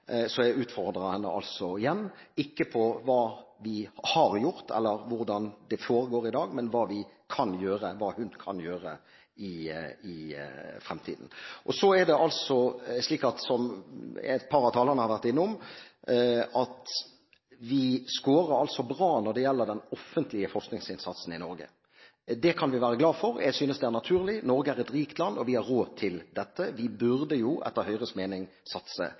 så jeg utfordrer henne altså igjen – ikke på hva vi har gjort, eller hvordan det foregår i dag, men hva hun kan gjøre i fremtiden. Som et par av talerne har vært innom, er det slik at vi skårer bra når det gjelder den offentlige forskningsinnsatsen i Norge. Det kan vi være glad for. Jeg synes det er naturlig. Norge er et rikt land, og vi har råd til dette. Vi burde etter Høyres mening satse